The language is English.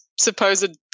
supposed